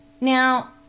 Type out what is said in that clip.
now